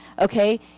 okay